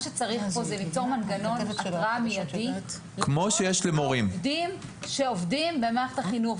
צריך ליצור פה מנגנון התרעה מידי לעובדים שעובדים במערכת החינוך,